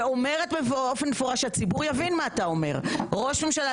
ואומרת באופן מפורש שהציבור יבין מה אתה אומר ראש ממשלה,